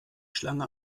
schlange